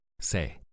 Say